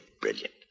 brilliant